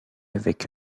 avec